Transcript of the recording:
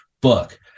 book